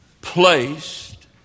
placed